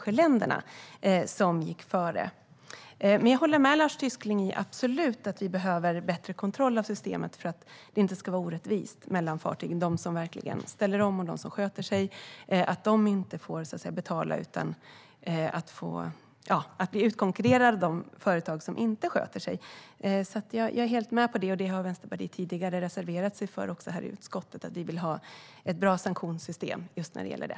Jag håller absolut med Lars Tysklind om att vi behöver bättre kontroll av systemet för att det inte ska vara orättvist fartygen emellan på så sätt att de som verkligen ställer om och sköter sig får betala och blir utkonkurrerade av de företag som inte sköter sig. Jag är helt med på detta. Vänsterpartiet har också tidigare reserverat sig på den punkten här i utskottet - vi vill ha ett bra sanktionssystem.